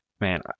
man